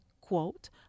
quote